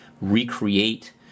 recreate